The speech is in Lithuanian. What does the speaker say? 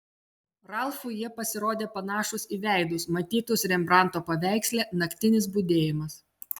ralfui jie pasirodė panašūs į veidus matytus rembranto paveiksle naktinis budėjimas